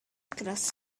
gradd